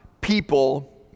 people